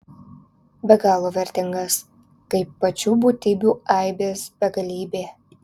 be galo vertingas kaip pačių būtybių aibės begalybė